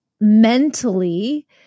mentally